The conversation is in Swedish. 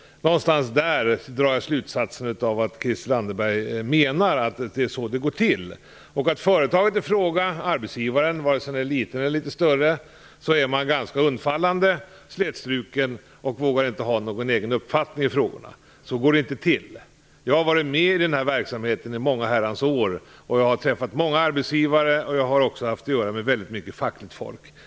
Jag drar slutsatsen att Christel Anderberg menar att det går till ungefär så, dvs. att arbetsgivaren - vare sig det är ett litet eller ett större företag - är ganska undfallande och slätstruken och inte vågar ha någon egen uppfattning. Så går det inte till. Jag har varit med i den här verksamheten i många Herrans år, och jag har träffat många arbetsgivare och har haft att göra med väldigt mycket fackligt folk.